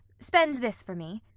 spend this for me.